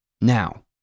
Now